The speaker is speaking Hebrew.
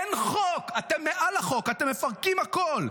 אין חוק, אתם מעל החוק, אתם מפרקים הכול.